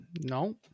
No